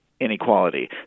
inequality